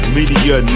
Media